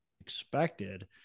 expected